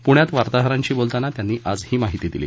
प्ण्यात वार्ताहरांशी बोलताना त्यांनी आज ही माहिती दिली